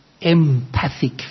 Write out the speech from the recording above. empathic